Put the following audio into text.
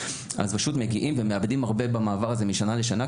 מאבדים הרבה במעבר הזה משנה לשנה,